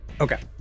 okay